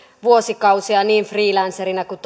vuosikausia niin freelancerina kuin